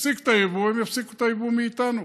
נפסיק את היבוא, הם יפסיקו את היבוא מאיתנו.